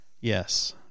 yes